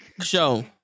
Show